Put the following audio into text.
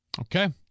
Okay